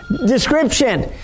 description